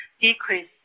Decrease